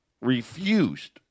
refused